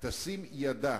תשים ידה